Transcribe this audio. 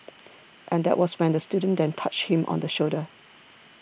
and that was when the student then touched him on the shoulder